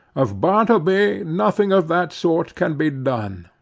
of bartleby nothing of that sort can be done.